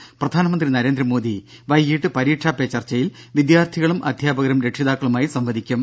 ത പ്രധാനമന്ത്രി നരേന്ദ്രമോദി വൈകിട്ട് പരീക്ഷാ പേ ചർച്ചയിൽ വിദ്യാർത്ഥികളും അധ്യാപകരും രക്ഷിതാക്കളുമായി സംവദിക്കും